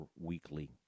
weekly